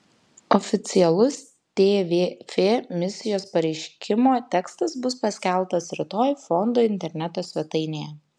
oficialus tvf misijos pareiškimo tekstas bus paskelbtas rytoj fondo interneto svetainėje